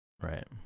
Right